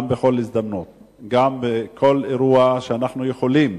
גם בכל הזדמנות וגם בכל אירוע, אנחנו יכולים